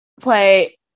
play